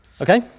Okay